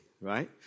right